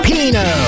Pino